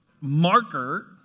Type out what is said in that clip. marker